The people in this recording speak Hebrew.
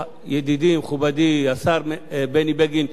בגין שהיה אמור להחליף את שר המשפטים,